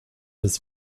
des